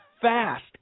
fast